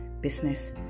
business